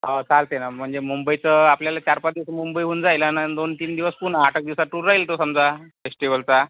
हा चालते ना म्हणजे मुंबईत आपल्याला चार पाच दिवस मुंबईहून जायला आणि दोन तीन दिवस पुणे आठ एक दिवसाचा टुर राहील तो समजा फेस्टिवलचा